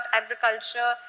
agriculture